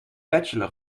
bachelor